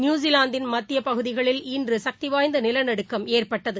நியுசிலாந்தின் மத்தியப் பகுதிகளில் இன்றுசக்திவாய்ந்தநிலநடுக்கம் ஏற்பட்டது